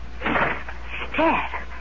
Dad